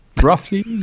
Roughly